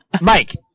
mike